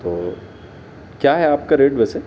تو کیا ہے آپ کا ریٹ ویسے